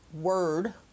word